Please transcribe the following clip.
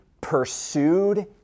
pursued